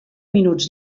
minuts